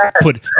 put